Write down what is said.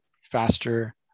faster